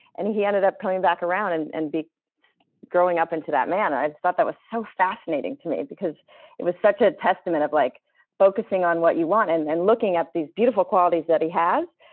and he ended up coming back around and and be growing up i and to that man. i just thought that was so fascinating to me, because it was such a testament of like focusing on what you want and then looking at these beautiful qualities that he has,